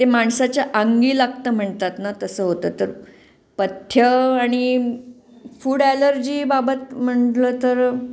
ते माणसाच्या अंगी लागतं म्हणतात ना तसं होतं तर पथ्यं आणि फूड ॲलर्जीबाबत म्हणलं तर